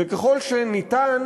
וככל שניתן,